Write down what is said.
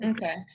Okay